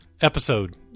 episode